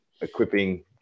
equipping